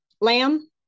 Lamb